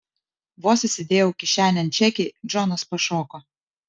vos įsidėjau kišenėn čekį džonas pašoko